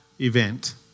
event